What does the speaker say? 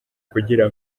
kugira